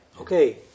okay